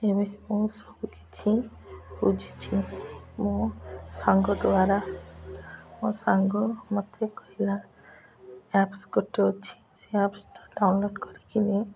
ଏବେ ମୁଁ ସବୁ କିିଛି ବୁଝିଛି ମୋ ସାଙ୍ଗ ଦ୍ୱାରା ମୋ ସାଙ୍ଗ ମୋତେ କହିଲା ଆପ୍ସ୍ ଗୋଟେ ଅଛି ସେ ଆପ୍ସ୍ଟା ଡ଼ାଉନଲୋଡ଼୍ କରିକି ନେଇ